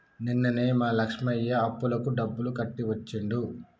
నిన్ననే మా లక్ష్మయ్య అప్పులకు డబ్బులు కట్టి వచ్చిండు